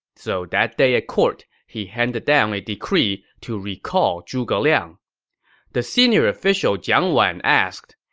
so that day at court, he handed down a decree to recall zhuge liang the senior official jiang wan asked,